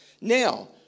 Now